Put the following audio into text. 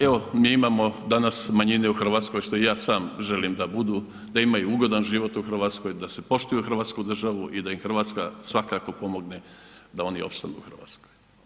Evo mi imamo danas manjine u Hrvatskoj, što i ja sam želim da budu, da imaju ugodan život u Hrvatskoj, da poštuju Hrvatsku državu i da im Hrvatska svakako pomogne da oni opstanu u Hrvatskoj.